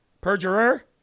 perjurer